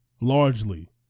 largely